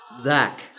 Zach